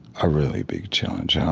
a really big challenge. ah